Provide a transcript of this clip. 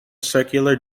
circular